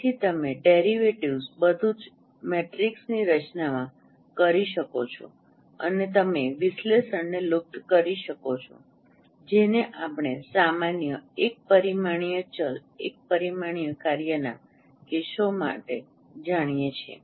તેથી તમે ડેરિવેટિવ્ઝ બધું જ મેટ્રિક્સની રચનામાં કરી શકો છો અને તમે વિશ્લેષણને લુપ્ત કરી શકો છો જેને આપણે સામાન્ય એક પરિમાણીય ચલ એક પરિમાણીય કાર્યના કેસો માટે જાણીએ છીએ